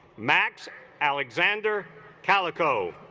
max alexander calico